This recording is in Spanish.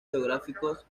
geográficos